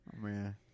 Man